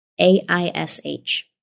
A-I-S-H